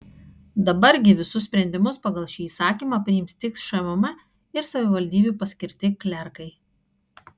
dabar gi visus sprendimus pagal šį įsakymą priims tik šmm ir savivaldybių paskirti klerkai